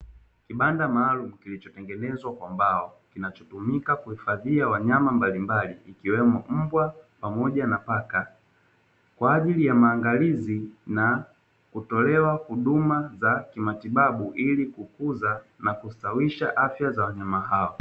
Kibanda maalumu kilichotengenezwa kwa mbao, kinachotumika kuhifadhia wanayama mbalimbali, ikiwemo mbwa pamoja na paka kwa ajili ya maangalizi na kutolewa huduma za kimatibabu ili kukuza na kustawishi afya za wanyama hao.